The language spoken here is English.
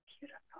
Beautiful